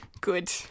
Good